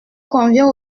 convient